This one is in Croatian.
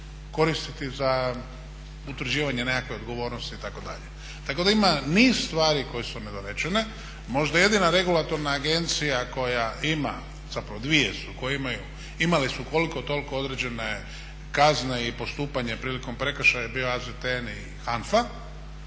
koristiti za utvrđivanje nekakve odgovornosti itd. Tako da ima niz stvari koje su nedorečene. Možda jedina regulatorna agencija koja ima, zapravo dvije su koje imaju, imale su koliko toliko određene kazne i postupanje prilikom prekršaja su bile AZTN i HANFA.